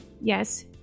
Yes